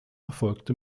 erfolgte